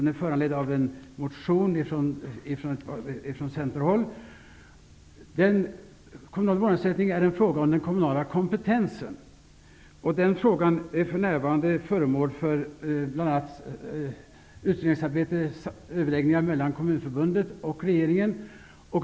Den är föranledd av en motion från centerhåll. Detta handlar om den kommunala kompetensen. Frågan är för närvarande föremål för utredning, och överläggningar pågår mellan Kommunförbundet och regeringen.